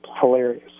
Hilarious